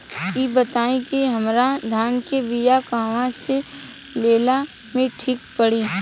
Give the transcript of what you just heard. इ बताईं की हमरा धान के बिया कहवा से लेला मे ठीक पड़ी?